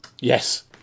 Yes